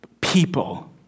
people